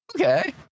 Okay